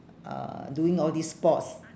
uh doing all these sports